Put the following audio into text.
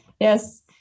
yes